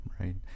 Right